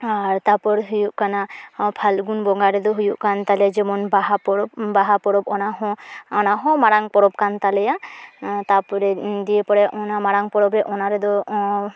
ᱟᱨ ᱛᱟᱯᱚᱨᱮ ᱦᱩᱭᱩᱜ ᱠᱟᱱᱟ ᱯᱷᱟᱞᱜᱩᱱ ᱵᱚᱸᱜᱟ ᱨᱮᱫᱚ ᱦᱩᱭᱩᱜ ᱠᱟᱱ ᱛᱟᱞᱮᱭᱟ ᱡᱮᱢᱚᱱ ᱵᱟᱦᱟ ᱯᱚᱨᱚᱵᱽ ᱵᱟᱦᱟ ᱯᱚᱨᱚᱵᱽ ᱚᱱᱟᱦᱚᱸ ᱚᱱᱟᱦᱚᱸ ᱢᱟᱨᱟᱝ ᱯᱚᱨᱚᱵᱽ ᱠᱟᱱ ᱛᱟᱞᱮᱭᱟ ᱛᱟᱯᱚᱨᱮ ᱫᱤᱭᱮ ᱯᱚᱨᱮ ᱚᱱᱟ ᱢᱟᱨᱟᱝ ᱯᱚᱨᱚᱵᱽ ᱨᱮ ᱚᱱᱟ ᱨᱮᱫᱚ